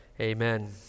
Amen